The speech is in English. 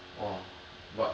!wah! but